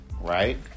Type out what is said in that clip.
Right